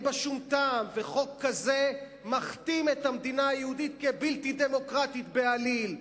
וחוק כזה מכתים את המדינה היהודית כבלתי דמוקרטית בעליל.